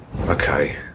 okay